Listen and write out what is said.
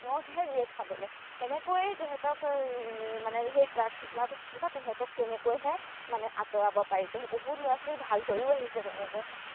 মতহে দিয়ে খাবলৈ তেনেকৈয়ে তেহেঁতক মানে সেই ড্ৰাগছ বোলা বস্তুৰ বা তেহেঁতক তেনেকৈহে মানে আঁতৰাব পাৰি বহুত ল'ৰা ছোৱালী ভাল হৈয়ো আহিছে তেনেকৈ